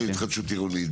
הנושא של התחדשות עירונית.